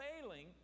failing